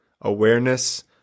awareness